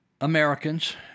Americans